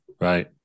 Right